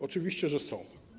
Oczywiście, że są.